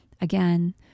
again